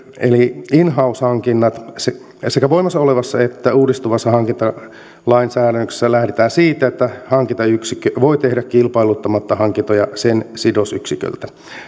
eli in house hankinnat sekä voimassa olevassa että uudessa hankintalainsäädännössä lähdetään siitä että hankintayksikkö voi tehdä kilpailuttamatta hankintoja sen sidosyksiköltä